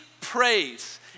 praise